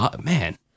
Man